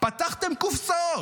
פתחתם קופסאות.